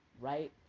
right